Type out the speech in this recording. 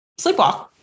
sleepwalk